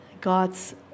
God's